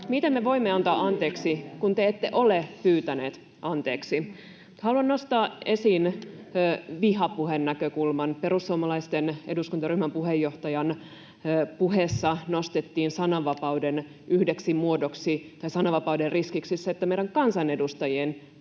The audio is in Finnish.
Miten me voimme antaa anteeksi, kun te ette ole pyytäneet anteeksi? [Jani Mäkelän välihuuto] Haluan nostaa esiin vihapuhenäkökulman: Perussuomalaisten eduskuntaryhmän puheenjohtajan puheessa nostettiin sananvapauden yhdeksi riskiksi se, että meidän kansanedustajien